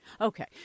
Okay